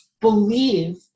believe